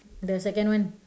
the second one